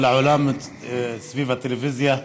כל העולם סביב הטלוויזיה.